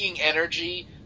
energy